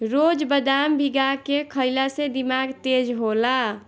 रोज बदाम भीगा के खइला से दिमाग तेज होला